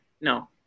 no